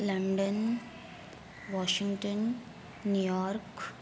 London Washington New York